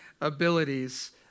abilities